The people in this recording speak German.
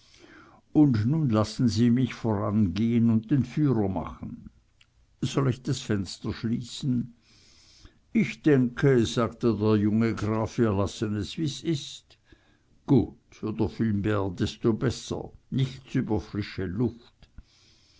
und nun lassen sie mich vorangehen und den führer machen soll ich das fenster schließen ich denke sagte der junge graf wir lassen es wie's ist gut oder vielmehr desto besser nichts über frische luft